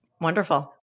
Wonderful